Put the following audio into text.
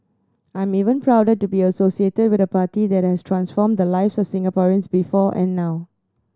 I'm even prouder to be associated with a party that has transformed the lives of Singaporeans before and now